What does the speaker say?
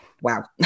Wow